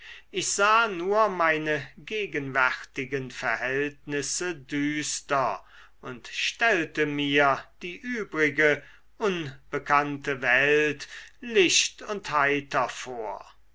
ich sah nur meine gegenwärtigen verhältnisse düster und stellte mir die übrige unbekannte welt licht und heiter vor